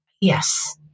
Yes